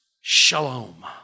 Shalom